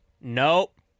Nope